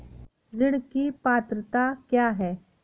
ऋण की पात्रता क्या है?